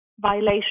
violation